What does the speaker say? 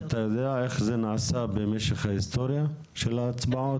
טוב אתה יודע איך זה נעשה במשך ההיסטוריה של ההצבעות?